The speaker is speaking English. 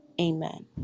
Amen